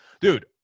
dude